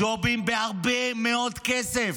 ג'ובים בהרבה מאוד כסף.